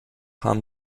haben